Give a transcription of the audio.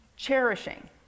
cherishing